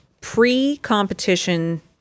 pre-competition